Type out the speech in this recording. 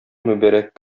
мөбарәк